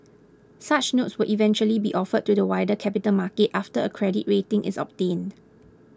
such notes will eventually be offered to the wider capital market after a credit rating is obtained